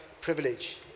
privilege